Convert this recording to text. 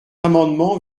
amendement